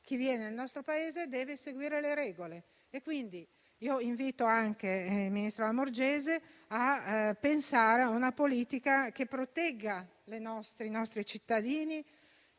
Chi viene nel nostro Paese deve seguire le regole. Invito il ministro Lamorgese a pensare a una politica che protegga i nostri cittadini,